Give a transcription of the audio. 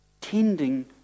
tending